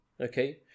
Okay